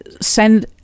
send